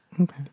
Okay